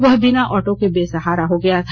वह बिना ऑटो के बेसहारा हो गया था